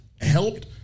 helped